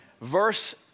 verse